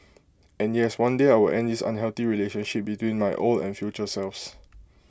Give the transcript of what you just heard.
and yes one day I will end this unhealthy relationship between my old and future selves